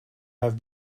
have